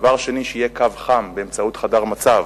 דבר שני, שיהיה קו חם, באמצעות חדר מצב.